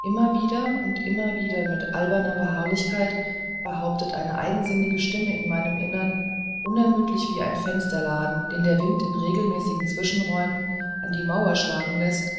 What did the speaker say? immer wieder und immer wieder mit alberner beharrlichkeit behauptet eine eigensinnige stimme in meinem innern unermüdlich wie ein fensterladen den der wind in regelmäßigen zwischenräumen an die mauer schlagen läßt